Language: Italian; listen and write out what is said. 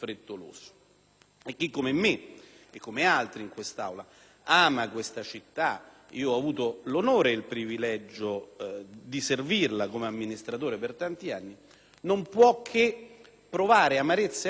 Chi come me ama questa città - ho avuto l'onore ed il privilegio di servirla come amministratore per tanti anni - non può che provare amarezza e allarme